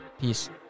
peace